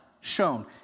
shown